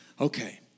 okay